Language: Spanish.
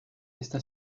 está